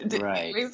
Right